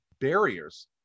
barriers